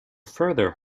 further